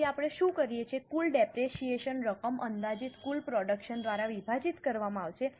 તેથી આપણે શું કરીએ છીએ કુલ ડેપરેશીયેશન રકમ અંદાજિત કુલ પ્રોડક્શન દ્વારા વિભાજિત કરવામાં આવશે